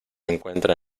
encuentra